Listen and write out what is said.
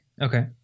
Okay